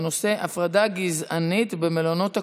בנושא: הפרדה גזענית במלונות הקורונה.